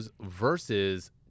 versus